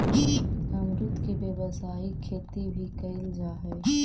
अमरुद के व्यावसायिक खेती भी कयल जा हई